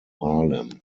harlem